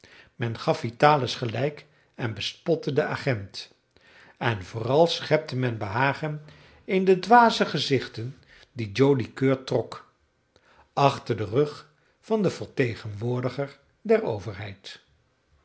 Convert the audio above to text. men gaf vitalis gelijk en bespotte den agent en vooral schepte men behagen in de dwaze gezichten die joli coeur trok achter den rug van den vertegenwoordiger der overheid